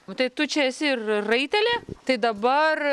o tai tu čia esi ir raitelė tai dabar